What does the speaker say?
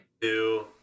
Two